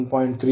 2721